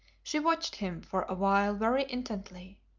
she watched him for a while very intently.